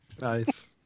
Nice